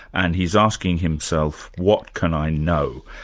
and he's asking himself, what can i know?